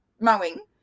mowing